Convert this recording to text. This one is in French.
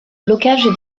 blocage